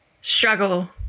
struggle